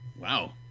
Wow